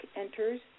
enters